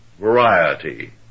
variety